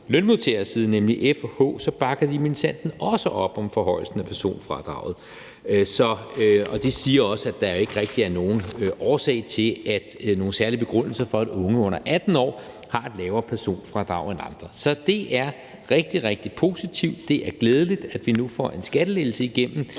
lønmodtagersiden, nemlig FH, bakker de minsandten også op om forhøjelsen af personfradraget, og de siger også, at der ikke rigtig er nogen særlig begrundelse for, at unge under 18 år har et lavere personfradrag end andre. Så det er rigtig, rigtig positivt. Det er glædeligt, at vi nu får en skattelettelse igennem